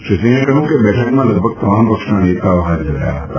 શ્રી સિંહે કહ્યું કે બેઠકમાં લગભગ તમામ પક્ષના નેતાઓ ફાજર રહ્યા ફતા